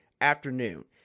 afternoon